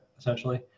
essentially